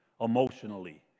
emotionally